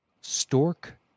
Stork